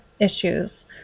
issues